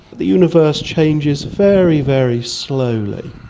the universe changes very, very slowly.